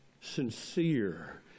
sincere